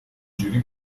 جوری